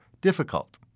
difficult